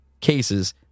cases